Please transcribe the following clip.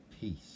Peace